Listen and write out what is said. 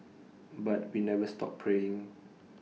but we never stop praying